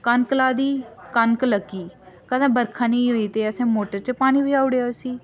कनक लाई दी कनक लग्गी कदें बरखा नेईं होई ते असें मोटर च पानी पजाई ओड़ेआ उसी